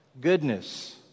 goodness